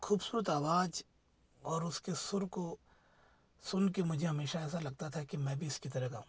खूबसूरत आवाज़ और उसके सुर को सुन कर मुझे हमेशा ऐसा लगता था की मैं भी इसकी तरह गाऊँ